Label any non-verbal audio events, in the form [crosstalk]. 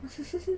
[laughs]